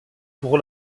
pour